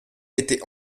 était